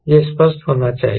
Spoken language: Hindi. यह स्पष्ट होना चाहिए